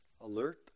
alert